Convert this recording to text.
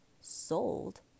sold